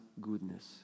goodness